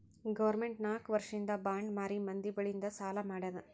government ನಾಕ್ ವರ್ಷಿಂದ್ bond ಮಾರಿ ಮಂದಿ ಬಲ್ಲಿಂದ್ ಸಾಲಾ ಮಾಡ್ಯಾದ್